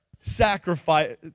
sacrifice